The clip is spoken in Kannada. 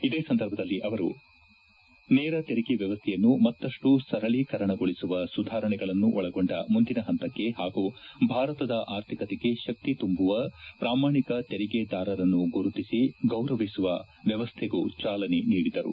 ಇದೇ ಸಂದರ್ಭದಲ್ಲಿ ಅವರು ನೇರ ತೆರಿಗೆ ವ್ವವಸ್ಥೆಯನ್ನು ಮತ್ತಷ್ಲ ಸರಳೀಕರಣಗೊಳಿಸುವ ಸುಧಾರಣೆಗಳನ್ನು ಒಳಗೊಂಡ ಮುಂದಿನ ಪಂತಕ್ಕೆ ಹಾಗೂ ಭಾರತದ ಆರ್ಥಿಕತೆಗೆ ಶಕ್ತಿ ತುಂಬುವ ಪ್ರಮಾಣಿಕ ತೆಂಗೆದಾರರನ್ನು ಗುರುತಿಸಿ ಗೌರವಿಸುವ ವ್ಯವಸ್ಸೆಗೂ ಜಾಲನೆ ನೀಡಿದರು